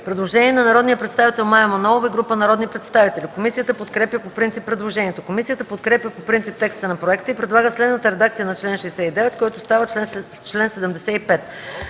предложение на народния представител Мая Манолова и група народни представители. Комисията подкрепя по принцип предложението. Комисията подкрепя по принцип текста на проекта и предлага следната редакция на чл. 69, който става чл. 75: